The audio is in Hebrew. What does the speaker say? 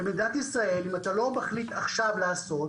במדינת ישראל, אם אתה לא מחליט עכשיו לעשות,